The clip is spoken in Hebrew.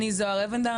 אני זהר אבן דר,